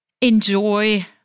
Enjoy